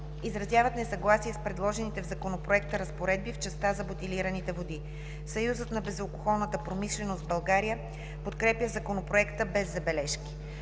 изразяват несъгласие с предложените в Законопроекта разпоредби в частта за бутилираните води. Съюзът на безалкохолната промишленост в България подкрепя Законопроекта без забележки.